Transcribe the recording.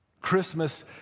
Christmas